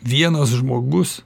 vienas žmogus